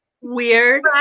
weird